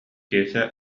киэсэ